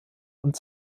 und